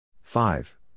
Five